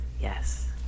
yes